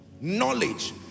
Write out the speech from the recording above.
Knowledge